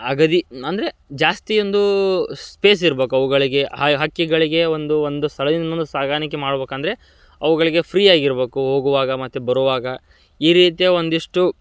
ಅಗದಿ ಅಂದರೆ ಜಾಸ್ತಿ ಒಂದು ಸ್ಪೇಸ್ ಇರ್ಬೇಕು ಅವುಗಳಿಗೆ ಹೈ ಹಕ್ಕಿಗಳಿಗೆ ಒಂದು ಒಂದು ಸ್ಥಳದಿಂದ ಇನ್ನೊಂದಕ್ಕೆ ಸಾಗಾಣಿಕೆ ಮಾಡ್ಬೇಕಂದ್ರೆ ಅವುಗಳಿಗೆ ಫ್ರೀಯಾಗಿರ್ಬೇಕು ಹೋಗುವಾಗ ಮತ್ತು ಬರುವಾಗ ಈ ರೀತಿಯ ಒಂದಿಷ್ಟು